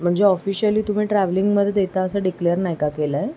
म्हणजे ऑफिशियली तुम्ही ट्रॅवलिंगमध्ये देता असं डिक्लेअर नाही का केलं आहे